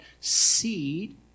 seed